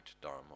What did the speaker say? Dharma